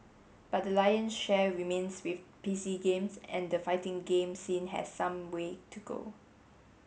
but the lion share remains with P C games and the fighting game scene has some way to go